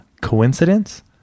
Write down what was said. coincidence